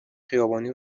خیابانی